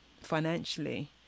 financially